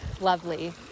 lovely